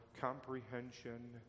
comprehension